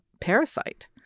parasite